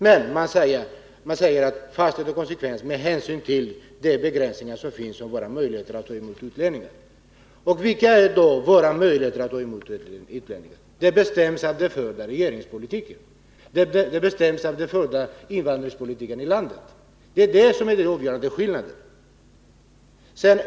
Men utskottet talar om fasthet och konsekvens i samband med de begränsningar som finns i våra möjligheter att ta emot utlänningar. Vilka är då våra möjligheter att ta emot utlänningar? Jo, de bestäms av den förda regeringspolitiken, av den förda invandringspolitiken i landet. Det är det som är den avgörande skillnaden.